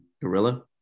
Gorilla